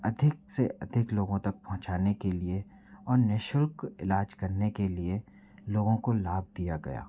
अधिक से अधिक लोगों तक पहुँचाने के लिए और निःशुल्क इलाज करने के लिए लोगों को लाभ दिया गया